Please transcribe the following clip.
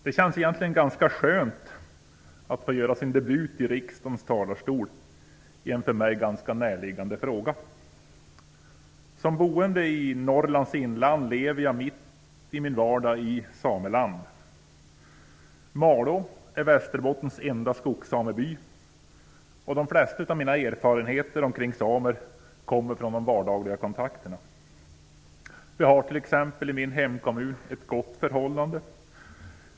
Det känns egentligen ganska skönt att få göra sin debut i riksdagens talarstol i en för mig ganska närliggande fråga. Som boende i Norrlands inland lever jag mitt i min vardag i sameland. Malå är Västerbottens enda skogssameby. De flesta av mina erfarenheter omkring samer kommer från de vardagliga kontakterna. Vi har t.ex. i min hemkommun ett gott förhållande.